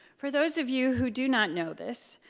for those of you who do not know this,